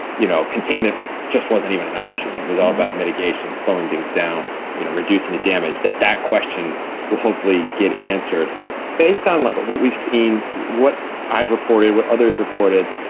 you know, containment just wasn't even an option. it was all about mitigation slowing things down, you know, reducing the damage that that question will hopefully get answered based on like what we've seen, what i've reported, what others reported.